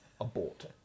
abort